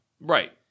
Right